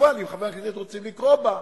כמובן אם חברי הכנסת רוצים לקרוא בה,